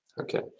okay